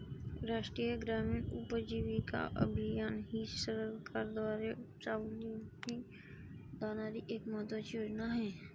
राष्ट्रीय ग्रामीण उपजीविका अभियान ही सरकारद्वारे चालवली जाणारी एक महत्त्वाची योजना आहे